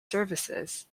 services